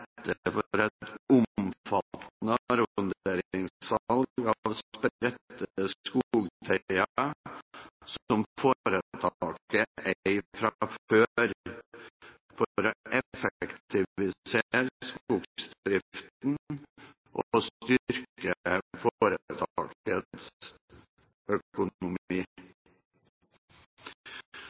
fra før, for å effektivisere skogsdriften og styrke foretakets